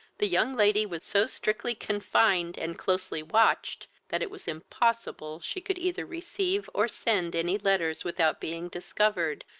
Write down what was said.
the young lady was so strictly confined and closely watched, that it was impossible she could either receive or send any letters without being discovered,